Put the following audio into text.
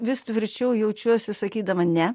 vis tvirčiau jaučiuosi sakydama ne